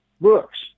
books